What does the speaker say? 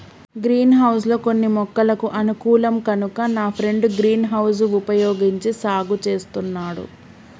green house లో కొన్ని మొక్కలకు అనుకూలం కనుక నా ఫ్రెండు గ్రీన్ హౌస్ వుపయోగించి సాగు చేస్తున్నాడు